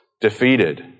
defeated